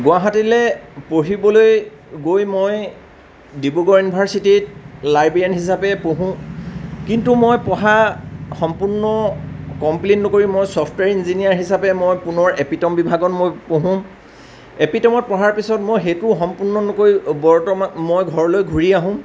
গুৱাহাটীলৈ পঢ়িবলৈ গৈ মই ডিব্ৰুগড় ইউনিভাৰ্চিটীত লাইব্ৰেৰীয়ান হিচাপে পঢ়োঁ কিন্তু মই পঢ়া সম্পূৰ্ণ কমপ্লিট নকৰি মই ছফট্ৱেৰ ইঞ্জিনীয়াৰ হিচাপে মই পুনৰ এপিটম বিভাগত মই পঢ়োঁ এপিটমত পঢ়াৰ পিছত মই সেইটো সম্পূৰ্ণ নকৰি বৰ্তমান মই ঘৰলৈ ঘূৰি আহোঁ